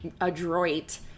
adroit